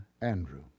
Andrew